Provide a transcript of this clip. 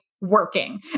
working